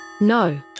No